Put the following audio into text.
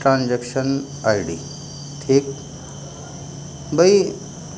transaction I D ٹھیک بھائی